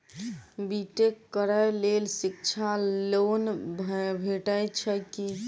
B tech करै लेल शिक्षा लोन भेटय छै की?